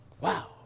Wow